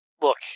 Look